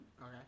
Okay